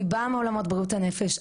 אני באה מעולמות בריאות הנפש.